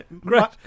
great